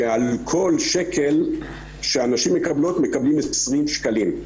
שעל כל שקל שהנשים מקבלות, מקבלים 20 שקלים.